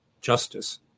Justice